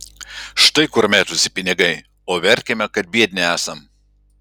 štai kur mėtosi pinigai o verkiame kad biedni esam